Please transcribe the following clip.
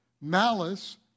malice